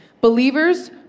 Believers